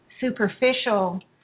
superficial